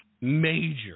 major